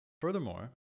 Furthermore